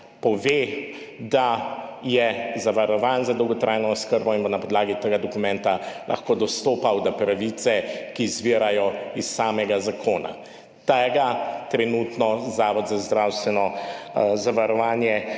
pove, da je zavarovan za dolgotrajno oskrbo in bo na podlagi tega dokumenta lahko dostopal do pravic, ki izvirajo iz samega zakona. To trenutno Zavod za zdravstveno zavarovanje